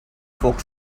folk